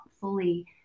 fully